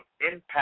impact